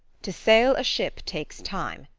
to sail a ship takes time,